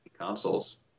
consoles